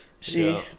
See